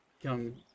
young